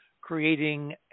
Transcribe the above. creating